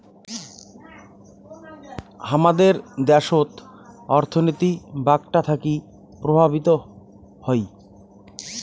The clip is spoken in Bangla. হামাদের দ্যাশোত অর্থনীতি বাঁকটা থাকি প্রভাবিত হই